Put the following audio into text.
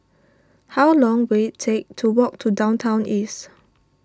how long will it take to walk to Downtown East